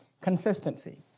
consistency